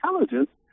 intelligence